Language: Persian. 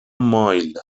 مایل